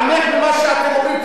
אני מציע להתעמק במה שאתם אומרים.